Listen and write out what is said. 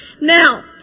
Now